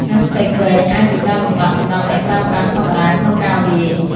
hashtag វែងអាចជាការលំបាកសម្រាប់អ្នកប្រើប្រាស់ធម្មតាក្នុងការវាយ។